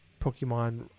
Pokemon